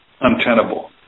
untenable